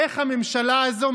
איך הממשלה הזאת,